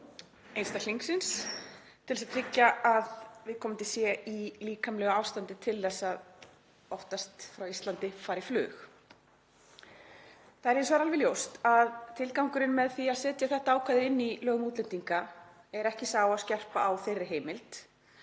einstaklingsins, til að tryggja að viðkomandi sé í líkamlegu ástandi til að fara í flug, oftast frá Íslandi. Það er hins vegar alveg ljóst að tilgangurinn með því að setja þetta ákvæði inn í lög um útlendinga er ekki sá að skerpa á þeirri heimild,